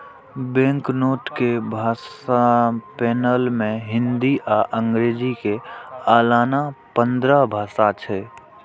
banknote के भाषा panel मे हिंदी आ अंग्रेजी के अलाना पंद्रह भाषा छै